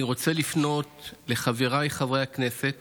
אני רוצה לפנות לחבריי חברי הכנסת